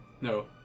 No